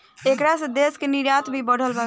ऐकरा से देश के निर्यात भी बढ़ल बावे